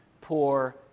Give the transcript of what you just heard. poor